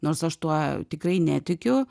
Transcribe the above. nors aš tuo tikrai netikiu